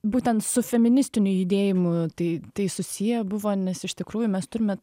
būtent su feministiniu judėjimu tai tai susiję buvo nes iš tikrųjų mes turime